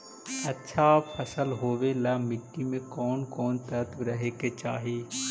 अच्छा फसल होबे ल मट्टी में कोन कोन तत्त्व रहे के चाही?